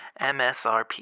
MSRP